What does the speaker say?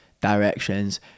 directions